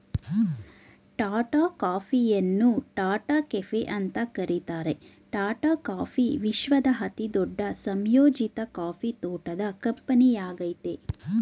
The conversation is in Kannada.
ಟಾಟಾ ಕಾಫಿಯನ್ನು ಟಾಟಾ ಕೆಫೆ ಅಂತ ಕರೀತಾರೆ ಟಾಟಾ ಕಾಫಿ ವಿಶ್ವದ ಅತಿದೊಡ್ಡ ಸಂಯೋಜಿತ ಕಾಫಿ ತೋಟದ ಕಂಪನಿಯಾಗಯ್ತೆ